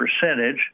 percentage